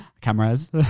Cameras